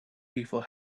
people